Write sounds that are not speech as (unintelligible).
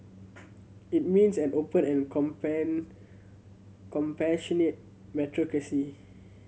it means an open and (unintelligible) compassionate meritocracy